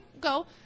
go